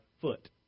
foot